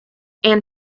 and